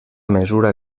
mesura